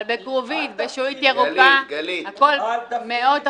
אבל בכרובית, בשעועית ירוקה, הכול מאות אחוזים.